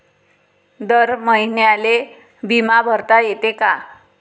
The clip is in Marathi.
दर महिन्याले बिमा भरता येते का?